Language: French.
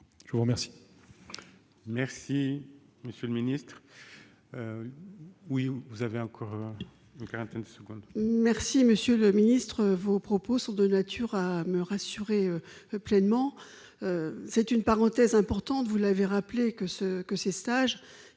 Je vous remercie